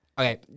Okay